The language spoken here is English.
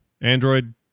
Android